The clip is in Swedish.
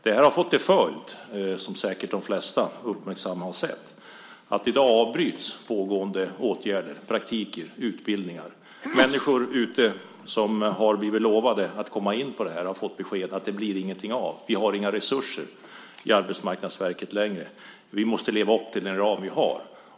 Det här har fått till följd, som säkert de flesta uppmärksamma har sett, att i dag avbryts pågående åtgärder, praktiker och utbildningar. Människor som har blivit lovade att komma in på det här har fått besked att det inte blir någonting av eftersom man inte har resurser i Arbetsmarknadsverket längre utan måste leva upp till den ram man har.